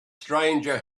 stranger